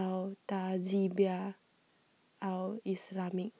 Al Tahzibiah Al Islamiah